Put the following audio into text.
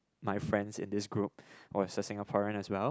my friends in this group was a Singaporean as well